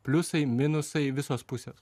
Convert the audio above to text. pliusai minusai visos pusės